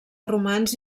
romans